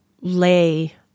lay